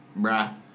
Bruh